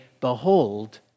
behold